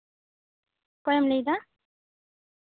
ᱚᱠᱚᱭᱮᱢ ᱞᱟᱹᱭᱫᱟ